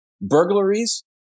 burglaries